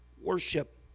worship